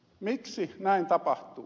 miksi näin tapahtuu